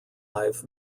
alive